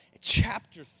chapter